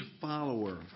follower